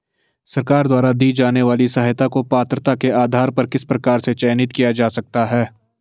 सरकार द्वारा दी जाने वाली सहायता को पात्रता के आधार पर किस प्रकार से चयनित किया जा सकता है?